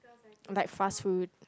like fast food